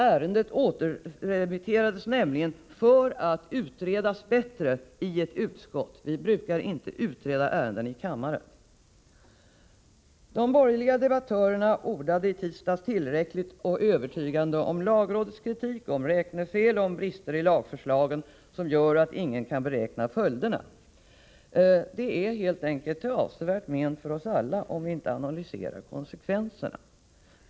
Ärendet återremitterades nämligen för att utredas bättre i ett utskott. Vi brukar inte utreda ärenden i kammaren. De borgerliga debattörerna ordade i tisdags tillräckligt och övertygande om lagrådets kritik, om räknefel och om brister i lagförslagen som gör att ingen kan beräkna följderna. Det är helt enkelt till avsevärt men för oss alla om vi inte analyserar konsekvenserna.